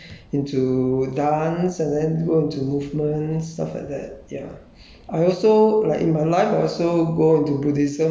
but slowly you change and you kind of change into dance and then go into movements stuff like that yeah